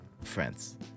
friends